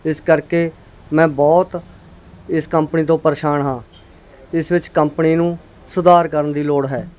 ਇਸ ਕਰਕੇ ਮੈਂ ਬਹੁਤ ਇਸ ਕੰਪਨੀ ਤੋਂ ਪਰੇਸ਼ਾਨ ਹਾਂ ਇਸ ਵਿੱਚ ਕੰਪਨੀ ਨੂੰ ਸੁਧਾਰ ਕਰਨ ਦੀ ਲੋੜ ਹੈ